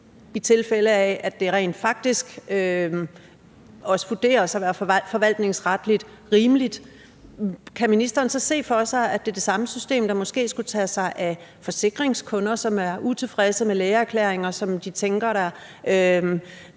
i tilfælde af at det rent faktisk også vurderes at være forvaltningsretligt rimeligt, kan ministeren så se for sig, at det er det samme system, der måske skulle tage sig af forsikringskunder, som er utilfredse med lægeerklæringer, som de tænker er